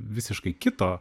visiškai kito